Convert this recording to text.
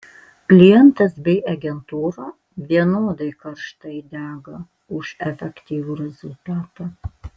klientas bei agentūra vienodai karštai dega už efektyvų rezultatą